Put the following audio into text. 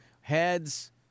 heads